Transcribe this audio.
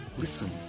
Listen